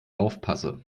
aufpasse